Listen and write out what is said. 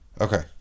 Okay